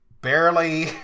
barely